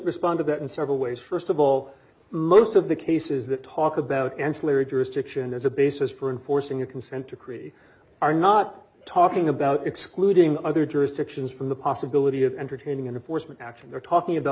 respond to that in several ways st of all most of the cases that talk about ancillary jurisdiction as a basis for enforcing a consent to create are not talking about excluding other jurisdictions from the possibility of entertaining in a foresman action they're talking about